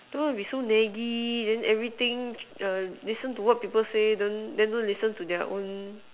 don't want to be so naggy then everything err listen to what people say then don't listen to their own